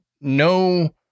no